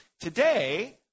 Today